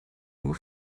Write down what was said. nur